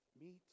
meat